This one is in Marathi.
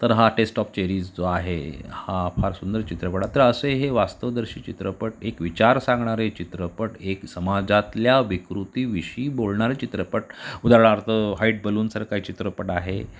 तर हा टेस्ट ऑफ चेरीज जो आहे हा फार सुंदर चित्रपट तर असे हे वास्तवदर्शी चित्रपट एक विचार सांगणारे चित्रपट एक समाजातल्या विकृतीविषयी बोलणारे चित्रपट उदाहरणार्थ व्हाईट बलूनसारखा चित्रपट आहे